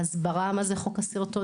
הסברה מה זה חוק הסרטונים.